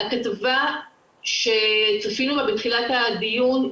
הכתבה שצפינו בה בתחילת הדיון,